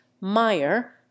Meyer